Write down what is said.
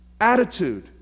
Attitude